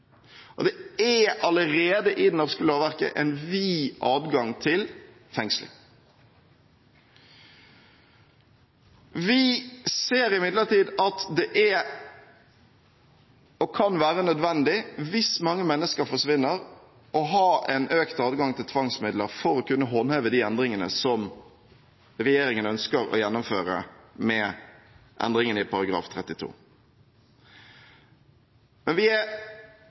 Det er allerede i det norske lovverket en vid adgang til fengsling. Vi ser imidlertid at det er og kan være nødvendig – hvis mange mennesker forsvinner – å ha en økt adgang til tvangsmidler for å kunne håndheve de endringene som regjeringen ønsker å gjennomføre med endringene i § 32. Men vi er